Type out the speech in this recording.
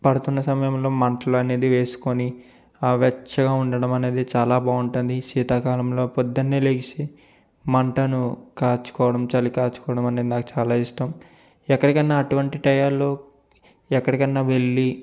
పడుతున్న సమయంలో మంటలు అనేది వేసుకొని ఆ వెచ్చగా ఉండటం అనేది చాలా బాగుంటుంది శీతాకాలంలో ప్రొద్దున్నే లేచి మంటను కాల్చుకోవడం చలి కాచుకోవడం అని నాకు చాలా ఇష్టం ఎక్కడికైనా అటువంటి టైం లలో ఎక్కడికన్నా వెళ్లి